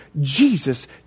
Jesus